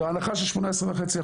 בהנחה של 18.5%,